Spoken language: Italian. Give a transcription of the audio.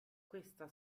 questa